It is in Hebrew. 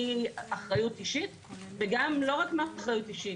מאחריות אישית וגם לא רק מאחריות אישית,